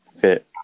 fit